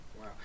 Wow